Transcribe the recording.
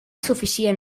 suficient